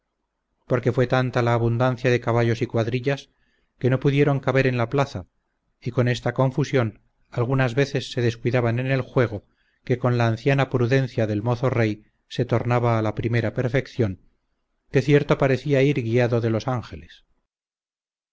porque fue tanta la abundancia de caballos y cuadrillas que no pudieron caber en la plaza y con esta confusión algunas veces se descuidaban en el juego que con la anciana prudencia del mozo rey se tornaba a la primera perfección que cierto parecía ir guiado de los ángeles